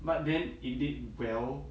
but then it did well